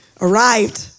arrived